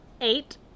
eight